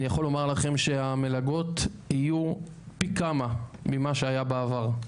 אני יכול לומר לכם שהמלגות יהיו פי כמה ממה שהיה בעבר.